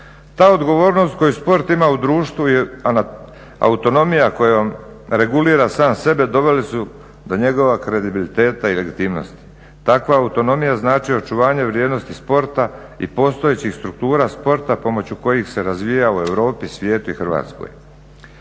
Ta odgovornost koju sport ima u društvu i autonomija kojom regulira sam sebe doveli su do njegova kredibiliteta i legitimnosti. Takva autonomija znači očuvanje vrijednosti sporta i postojećih struktura sporta pomoću kojih se razvija u Europi, svijetu i Hrvatskoj.